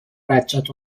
بچت